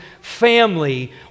family